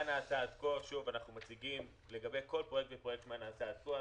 אנחנו מציגים לגבי כל פרויקט ופרויקט מה נעשה עד כה.